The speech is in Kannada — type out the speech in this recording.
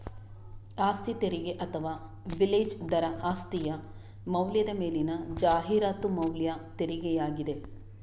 ಆಸ್ತಿ ತೆರಿಗೆ ಅಥವಾ ಮಿಲೇಜ್ ದರ ಆಸ್ತಿಯ ಮೌಲ್ಯದ ಮೇಲಿನ ಜಾಹೀರಾತು ಮೌಲ್ಯ ತೆರಿಗೆಯಾಗಿದೆ